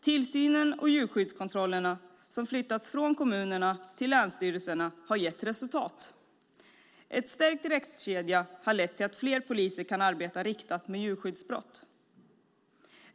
Tillsynen och djurskyddskontrollerna som har flyttats från kommunerna till länsstyrelserna har gett ett gott resultat. En stärkt rättskedja har lett till att fler poliser kan arbeta riktat mot djurskyddsbrott.